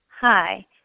Hi